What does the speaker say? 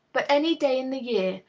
but, any day in the year,